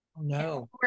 No